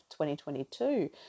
2022